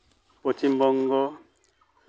Paschimbanga